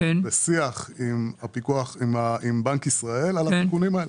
בשיח עם בנק ישראל על התיקונים האלה.